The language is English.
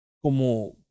como